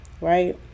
Right